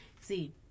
See